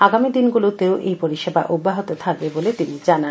আগামীদিনগুলোতেও এই পরিষেবা অব্যাহত থাকবে বলে তিনি জানান